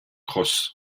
cross